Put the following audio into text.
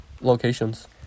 locations